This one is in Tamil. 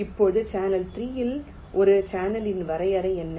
இப்போது சேனல் 3 இல் ஒரு சேனலின் வரையறை என்ன